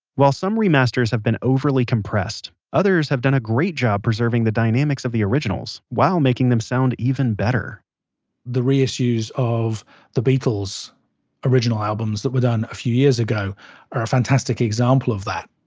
while some remasters have been overly compressed, others have done a great job preserving the dynamics of the originals, while making them sound even better the reissues of the beatles' original albums that were done a few years ago are a fantastic example of that.